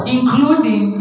Including